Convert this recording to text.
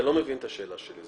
אתה לא מבין את השאלה שלי.